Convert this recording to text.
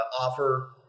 offer